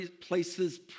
places